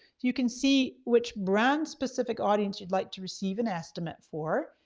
you can see which brands specific audience you'd like to receive an estimate for.